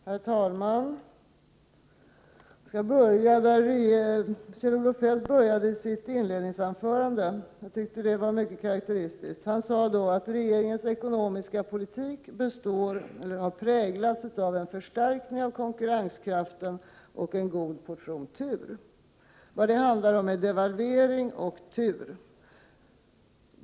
Herr talman! Kjell-Olof Feldt började sitt inledningsanförande på ett sätt som jag tycker är mycket karakteristiskt för honom. Han sade nämligen att regeringens ekonomiska politik har präglats av en förstärkning av konkurrenskraften och en god portion tur. Vad det handlar om är devalvering och tur.